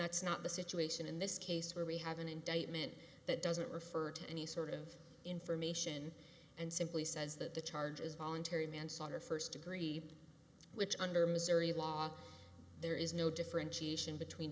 that's not the situation in this case where we have an indictment that doesn't refer to any sort of information and simply says that the charge is voluntary manslaughter first degree which under missouri law there is no differentiation between